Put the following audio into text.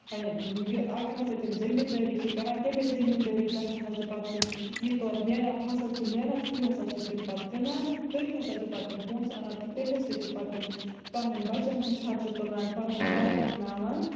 یہِ اَگر ہسا تِم زٔمیٖن دٲری چھِ کران تَمہِ زٔمیٖن دٲری پٮ۪ٹھ ہسا چھِ پتہٕ تِم یہِ تورٕ نیران فَصٕل چھِ نیران سُے ہسا چھِ تِم پَتہٕ کٕنان تٔتھۍ ہسا چھِ پَتہٕ تِم پونسہٕ اَنان تہٕ تَمے سۭتۍ چھِ پتہٕ تِم پَںٕنین بَچن ہُند خرچہٕ تُلان پَنُن گرٕ پَکناوان